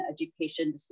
education